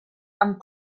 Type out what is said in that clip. amb